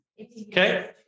Okay